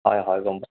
হয় হয় গম পাইছোঁ